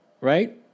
right